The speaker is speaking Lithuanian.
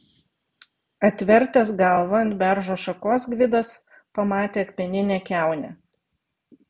atvertęs galvą ant beržo šakos gvidas pamatė akmeninę kiaunę